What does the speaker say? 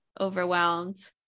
overwhelmed